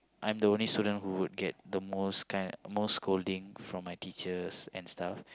I am the only student who gets the most kind most scolding and stuffs